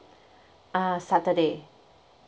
err saturday